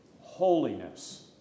holiness